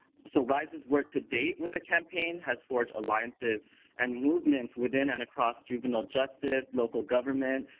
so ryse's work to date with the campaign has forged alliances and movements within and across juvenile justice, local government,